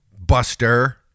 Buster